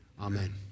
Amen